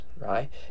right